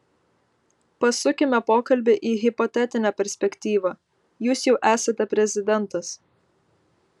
pasukime pokalbį į hipotetinę perspektyvą jūs jau esate prezidentas